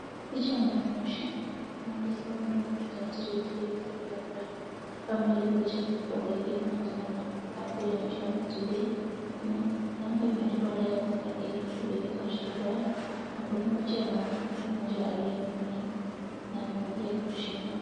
Picha inayoonyesha, MADISON, Don't wait until it's too late. Take control of your family's future by getting Personal Accident Insurance today! . Kuna namba imeandikwa Dial *828# to buy , na kuna picha ya mwanamke mmoja aliyeumia na amevalia kitu shingoni.